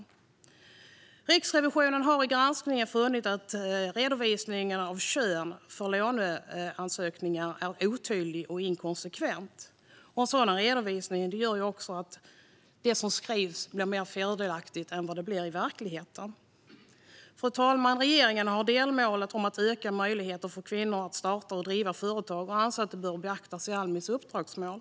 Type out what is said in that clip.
Riksrevisionens rapport om jäm-ställdhet i Almis låneverksamhet Riksrevisionen har i granskningen funnit att redovisningen av kön för låneansökningar är otydlig och inkonsekvent. En sådan redovisning gör dessutom att det som skrivs blir mer fördelaktigt än vad det är i verkligheten. Fru talman! Regeringen har delmålet om att öka möjligheter för kvinnor att starta och driva företag och anser att det bör beaktas i Almis uppdragsmål.